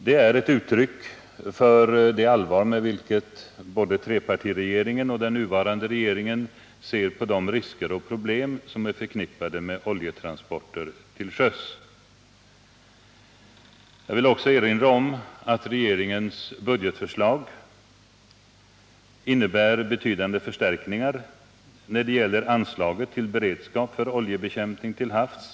Detta är uttryck för det allvar med vilket både trepartiregeringen och den nuvarande regeringen ser på de risker och problem som är förknippade med oljetransporter till sjöss. Jag vill också erinra om att regeringens budgetförslag innebär en betydande förstärkning när det gäller anslag till beredskap för oljebekämpning till havs.